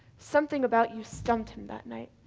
something about you stumped him that night.